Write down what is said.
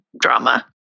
drama